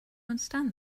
understand